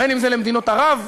בין שזה למדינות ערב,